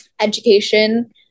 education